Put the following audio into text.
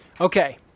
okay